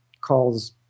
calls